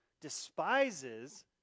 despises